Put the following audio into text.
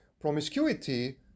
promiscuity